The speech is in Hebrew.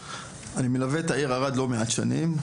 אני מלווה את העיר ערד לא מעט שנים,